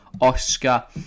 Oscar